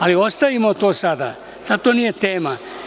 Ali, ostavimo to sada, sada to nije tema.